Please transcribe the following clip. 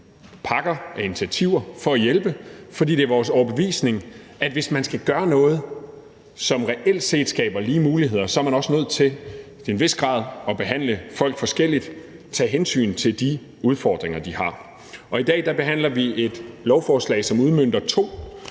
pakker af initiativer for at hjælpe, fordi det er vores overbevisning, at hvis man skal gøre noget, som reelt set skaber lige muligheder, er man også nødt til i en vis grad at behandle folk forskelligt og tage hensyn til de udfordringer, de har. I dag behandler vi et lovforslag, som udmønter to